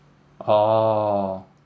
orh